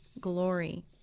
glory